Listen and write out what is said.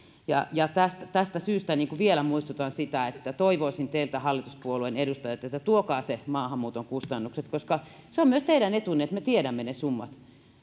tästä tästä syystä vielä muistutan siitä että toivoisin teiltä hallituspuolueiden edustajat että tuokaa ne maahanmuuton kustannukset koska se on myös teidän etunne että me tiedämme ne summat